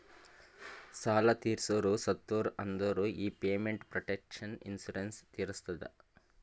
ಸಾಲಾ ತೀರ್ಸೋರು ಸತ್ತುರ್ ಅಂದುರ್ ಈ ಪೇಮೆಂಟ್ ಪ್ರೊಟೆಕ್ಷನ್ ಇನ್ಸೂರೆನ್ಸ್ ತೀರಸ್ತದ